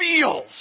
feels